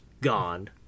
gone